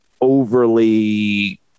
overly